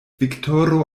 viktoro